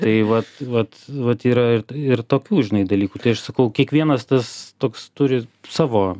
tai vat vat vat yra ir ir tokių žinai dalykų tai aš sakau kiekvienas tas toks turi savo